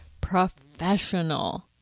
professional